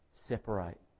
Separate